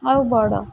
ଆଉ ବଡ଼